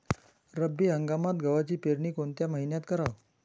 रब्बी हंगामात गव्हाची पेरनी कोनत्या मईन्यात कराव?